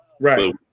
Right